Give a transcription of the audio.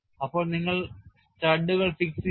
അപ്പോൾ നിങ്ങൾ സ്റ്റഡുകൾ fix ചെയ്യണം